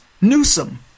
Newsom